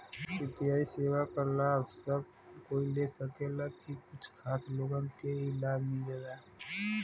UPI सेवा क लाभ सब कोई ले सकेला की कुछ खास लोगन के ई लाभ मिलेला?